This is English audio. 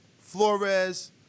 Flores